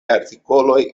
artikoloj